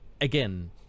again